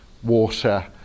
water